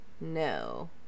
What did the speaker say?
no